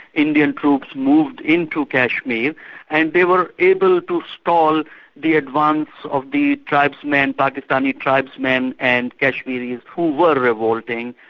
indian troops moved into kashmir and they were able to stall the advance of the tribesmen, pakistani tribesmen and kashmiris who were revolting,